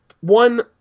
One